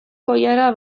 koilara